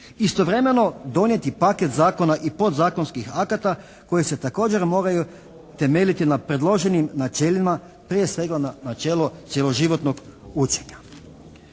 istovremeno donijeti paket zakona i podzakonskih akata koje se također moraju temeljiti na predloženim načelima prije svega načelo cjeloživotnog učenja.